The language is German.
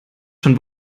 schon